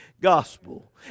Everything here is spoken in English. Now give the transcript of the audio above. gospel